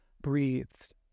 breathed